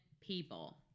people